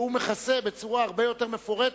והוא מכסה בצורה הרבה יותר מפורטת.